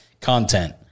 content